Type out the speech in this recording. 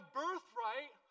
birthright